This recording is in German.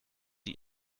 die